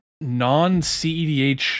non-CEDH